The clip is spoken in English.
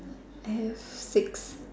hands sick